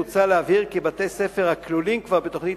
מוצע להבהיר כי בתי-ספר שכבר כלולים בתוכנית